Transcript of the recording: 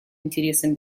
интересам